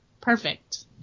Perfect